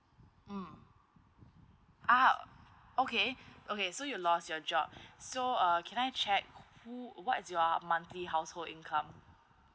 mm ah okay okay so you lost your job so uh can I check who uh what is your monthly household income